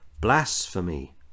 blasphemy